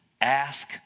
Ask